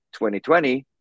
2020